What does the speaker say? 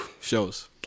shows